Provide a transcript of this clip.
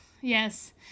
yes